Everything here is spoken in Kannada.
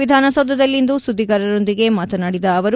ವಿಧಾನಸೌಧದಲ್ಲಿಂದು ಸುದ್ದಿಗಾರರೊಂದಿಗೆ ಮಾತನಾಡಿದ ಅವರು